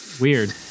Weird